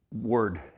word